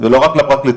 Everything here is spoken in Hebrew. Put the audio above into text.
זה לא רק לפרקליטויות,